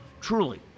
Truly